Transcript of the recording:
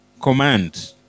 command